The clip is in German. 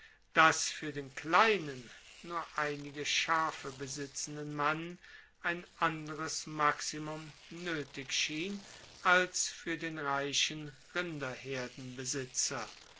dass fuer den kleinen nur einige schafe besitzenden mann ein anderes maximum noetig schien als fuer den reichen